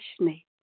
ashney